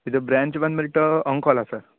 ಇದು ಬ್ರ್ಯಾಂಚ್ ಬಂದುಬಿಟ್ಟು ಅಂಕೋಲ ಸರ್